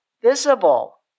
Visible